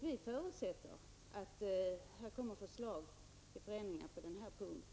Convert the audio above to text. Vi förutsätter att det nu kommer förslag till ändringar på denna punkt.